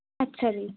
ਅੱਛਾ ਜੀ